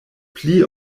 pli